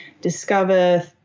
discover